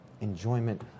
enjoyment